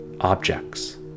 objects